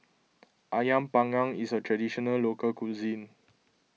Ayam Panggang is a Traditional Local Cuisine